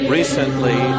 Recently